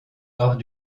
hors